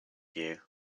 you